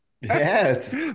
Yes